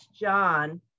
John